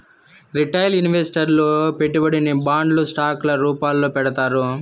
retail ఇన్వెస్టర్లు పెట్టుబడిని బాండ్లు స్టాక్ ల రూపాల్లో పెడతారు